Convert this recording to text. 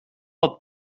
dat